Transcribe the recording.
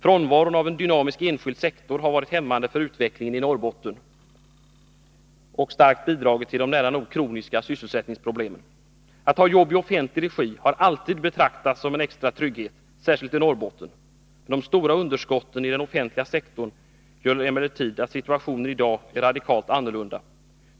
Frånvaron av en dynamisk enskild sektor har varit hämmande på utvecklingen i Norrbotten och starkt bidragit till de nära nog kroniska sysselsättningsproblemen. Att ha jobb i offentlig regi har alltid betraktats som en extra trygghet, särskilt i Norrbotten. De stora underskotten i den offentliga sektorn gör emellertid att situationen i dag är radikalt annorlunda.